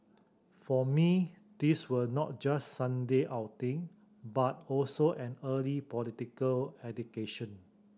for me these were not just Sunday outing but also an early political education